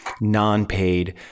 non-paid